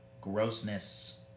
grossness